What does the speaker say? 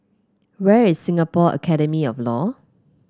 where is Singapore Academy of Law